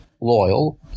loyal